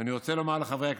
ואני רוצה לומר לחברי הכנסת,